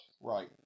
right